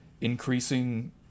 increasing